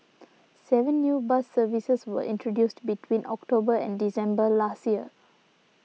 seven new bus services were introduced between October and December last year